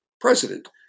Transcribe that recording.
president